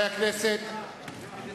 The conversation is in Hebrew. למה בושה?